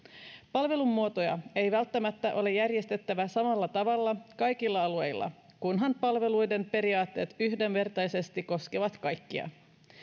palvelumuotoja ei välttämättä ole järjestettävä samalla tavalla kaikilla alueilla kunhan palveluiden periaatteet yhdenvertaisesti koskevat kaikkia